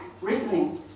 reasoning